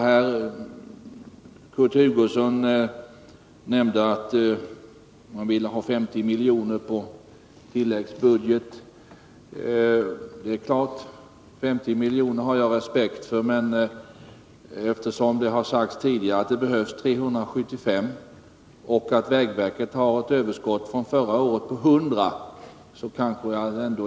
Kurt Hugosson nämnde att man begärt 50 milj.kr. på tilläggsbudget. Det är klart att jag har respekt för summan 50 milj.kr. Men det har tidigare sagts att det behövs 375 milj.kr. och att vägverket har ett överskott sedan förra året på 100 milj.kr.